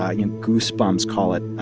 ah you know, goose bumps, call it,